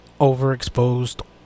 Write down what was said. overexposed